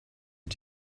but